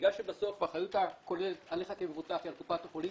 בסוף האחריות הכוללת עליך כמבוטח היא על קופת החולים,